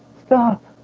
stop!